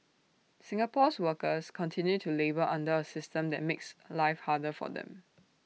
Singapore's workers continue to labour under A system that makes life harder for them